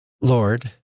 Lord